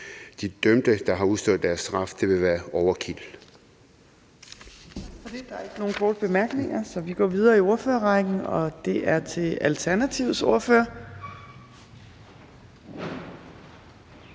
de dømte, der har udstået deres straf. Det ville være overkill.